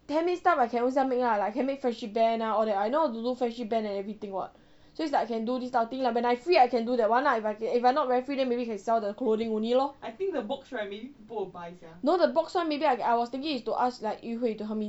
then next time I can ownself make lah I can make friendship band ah all that I know how to do friendship band and everything [what] so it's like I can do this type of thing lah when I free I can do that one lah if I if I not very free then maybe can sell the clothing only lor no the box one maybe I was thinking is to ask yu hui to help me do